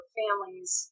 families